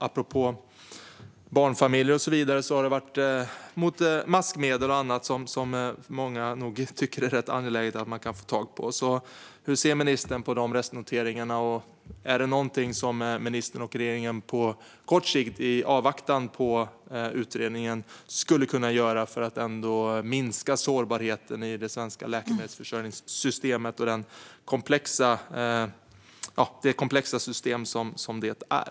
Apropå barnfamiljer har det gällt maskmedel och annat som många nog tycker att det är rätt angeläget att man kan få tag på. Hur ser ministern på de restnoteringarna? Är det någonting som ministern och regeringen på kort sikt i avvaktan på utredningen skulle kunna göra för att ändå minska sårbarheten i det komplexa system som det svenska läkemedelsförsörjningssystemet är?